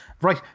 Right